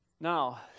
Now